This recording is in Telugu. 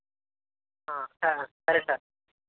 సార్ సరే సార్